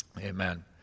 Amen